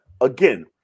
Again